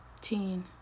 teen